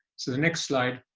so the next slide